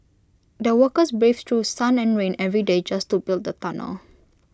the workers braved through sun and rain every day just to build the tunnel